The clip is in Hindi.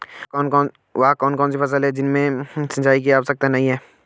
वह कौन कौन सी फसलें हैं जिनमें सिंचाई की आवश्यकता नहीं है?